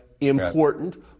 important